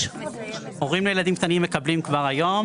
הורים לילדים קטנים מקבלים כבר היום